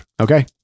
Okay